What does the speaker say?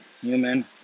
human